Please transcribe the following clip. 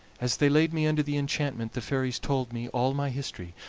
as they laid me under the enchantment the fairies told me all my history,